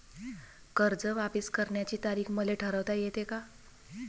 कर्ज वापिस करण्याची तारीख मले ठरवता येते का?